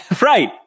Right